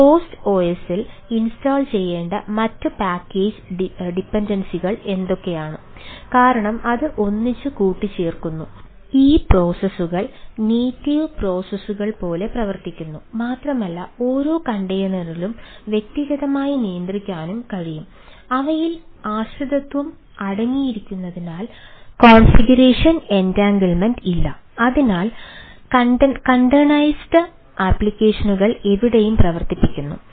host ഒഎസിൽ എവിടെയും പ്രവർത്തിക്കുന്നു